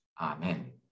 Amen